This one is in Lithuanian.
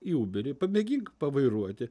į uberį pamėgink pavairuoti